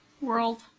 world